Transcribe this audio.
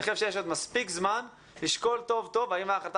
אני חושב שיש עוד מספיק זמן לשקול טוב טוב האם ההחלטה